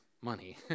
money